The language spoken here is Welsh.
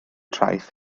traeth